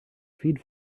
feed